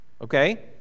okay